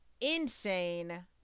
insane